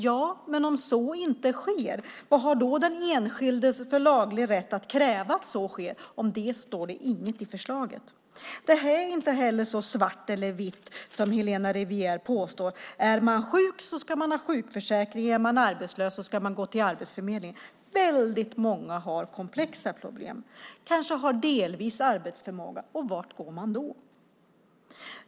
Ja, men om så inte sker, vad har då den enskilde för laglig rätt att kräva att så sker? Om det står det inget i förslaget. Det här är inte heller så svart eller vitt som Helena Rivière påstår. Är man sjuk ska man ha sjukförsäkring, är man arbetslös ska man gå till Arbetsförmedlingen. Väldigt många har komplexa problem. De kanske delvis har arbetsförmåga. Vart går man då?